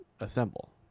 assemble